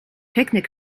picnic